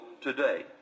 today